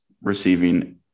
receiving